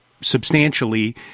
substantially